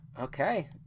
Okay